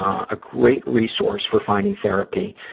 ah a great resource for finding therapy,